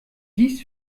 dies